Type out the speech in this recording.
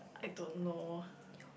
I don't know